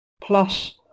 plus